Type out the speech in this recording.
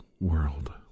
world